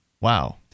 Wow